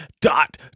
dot